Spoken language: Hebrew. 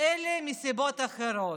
אלא מסיבות אחרות,